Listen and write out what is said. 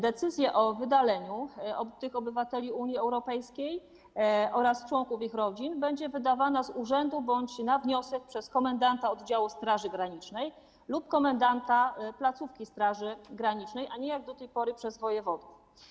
Decyzja o wydaleniu tych obywateli Unii Europejskiej oraz członków ich rodzin będzie wydawana, z urzędu bądź na wniosek, przez komendanta oddziału Straży Granicznej lub komendanta placówki Straży Granicznej, a nie - jak do tej pory - przez wojewodę.